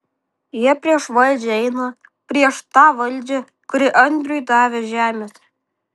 jie prieš valdžią eina prieš tą valdžią kuri andriui davė žemės